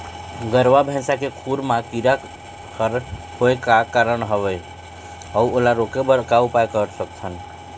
गरवा भैंसा के खुर मा कीरा हर होय का कारण हवए अऊ ओला रोके बर का उपाय कर सकथन?